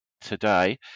today